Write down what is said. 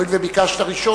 והואיל וביקשת ראשון,